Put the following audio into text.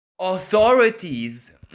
authorities